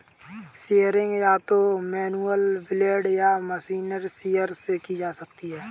shearing या तो manual blade या मशीन शीयर से की जा सकती है